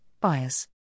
bias